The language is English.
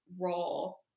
role